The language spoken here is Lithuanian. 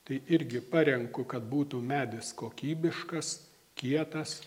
tai irgi parenku kad būtų medis kokybiškas kietas